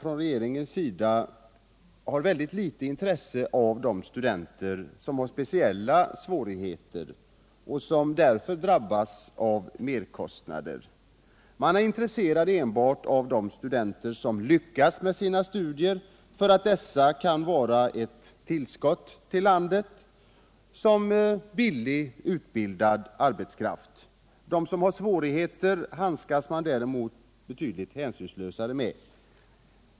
Regeringen har mycket litet intresse av de utländska studenter som har speciella svårigheter och som därför drabbas av merkostnader. Man är intresserad enbart av de utländska studerande som lyckas med sina studier, eftersom dessa kan vara ett tillskott till landet som billigt utbildad arbetskraft. De som har svårigheter handskas man däremot betydligt hänsynslösare med.